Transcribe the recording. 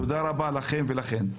תודה רבה לכם ולכן.